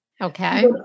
Okay